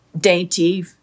dainty